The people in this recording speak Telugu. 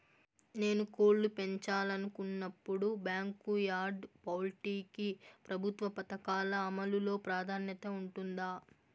నేను కోళ్ళు పెంచాలనుకున్నపుడు, బ్యాంకు యార్డ్ పౌల్ట్రీ కి ప్రభుత్వ పథకాల అమలు లో ప్రాధాన్యత ఉంటుందా?